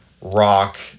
rock